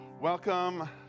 Welcome